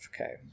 okay